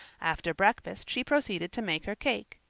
after breakfast she proceeded to make her cake.